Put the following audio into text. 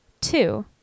two